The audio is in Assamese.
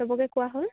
চবকে কোৱা হ'ল